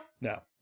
No